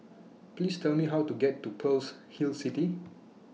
Please Tell Me How to get to Pearl's Hill City